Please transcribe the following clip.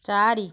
ଚାରି